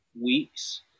weeks